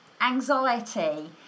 anxiety